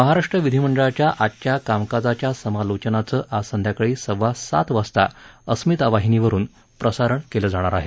महाराष्ट्र विधीमंडळाच्या आजच्या कामकाजाच्या समालोचनाचं आज संध्याकाळी सव्वा सात वाजता अस्मिता वाहिनीवरून प्रसारण केलं जाणार आहे